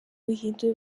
buhinde